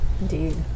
Indeed